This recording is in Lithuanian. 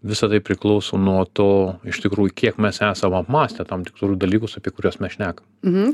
visa tai priklauso nuo to iš tikrųjų kiek mes esam apmąstę tam tikrus dalykus apie kuriuos mes šnekam